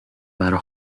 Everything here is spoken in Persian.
برا